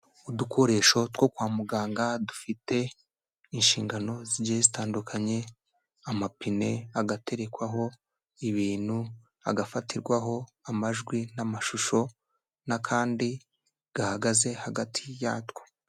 Udukoresho two kwa muganga dufite inshingano zigiye zitandukanye, amapine agaterekwaho ibintu, agafatirwaho amajwi n'amashusho n'akandi gahagaze hagati yatwo.